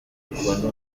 akunda